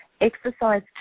Exercise